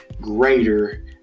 greater